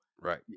Right